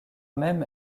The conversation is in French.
même